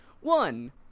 one